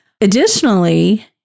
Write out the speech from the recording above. additionally